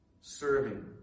serving